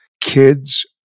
kids